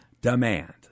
demand